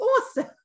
awesome